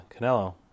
Canelo